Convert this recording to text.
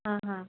हां हां